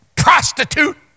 Prostitute